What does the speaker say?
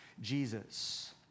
Jesus